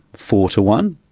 four to one.